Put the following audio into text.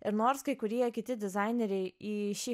ir nors kai kurie kiti dizaineriai į šį